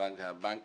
נניח בנק